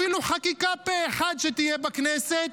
אפילו חקיקה פה אחד שתהיה בכנסת,